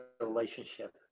relationship